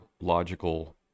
logical